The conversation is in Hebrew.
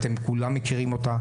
אתם כולם מכירים אותה,